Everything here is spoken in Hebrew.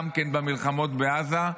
גם כן במלחמות בעזה.